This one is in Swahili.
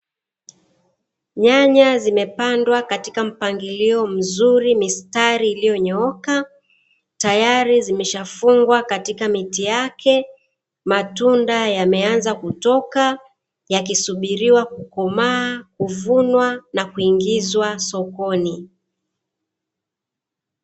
Nyanya zimepandwa katika mpangilio mzuri mistari ilioyoonyoka tayari zimeshafungwa katika miti yake, matunda yameanza kutoka yakisubiriwa kukomaa, kuvunwa na kuingizwa sokoni.